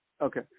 Okay